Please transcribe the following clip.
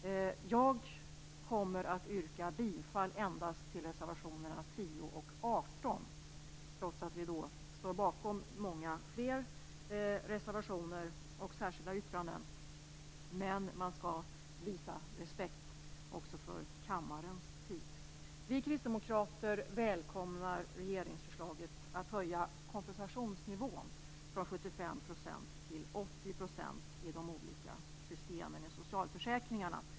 Jag kommer att yrka bifall endast till reservationerna 10 och 18, trots att vi står bakom många fler reservationer och särskilda yttranden. Men man skall visa respekt också för kammarens tid. Vi kristdemokrater välkomnar regeringsförslaget att höja kompensationsnivån från 75 % till 80 % i de olika systemen i socialförsäkringarna.